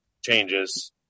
changes